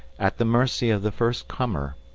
at the mercy of the first comer.